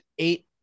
Eight